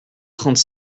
trente